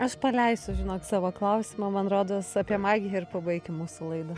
aš paleisiu žinok savo klausimą man rodos apie magiją ir pabaikim mūsų laidą